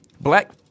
Black